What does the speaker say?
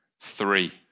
three